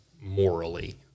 morally